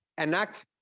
enact